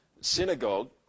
synagogue